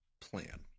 plan